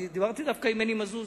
דיברתי דווקא עם מני מזוז.